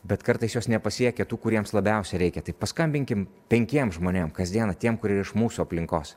bet kartais jos nepasiekia tų kuriems labiausiai reikia tai paskambinkim penkiem žmonėm kasdieną tiem kurie iš mūsų aplinkos